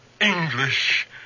English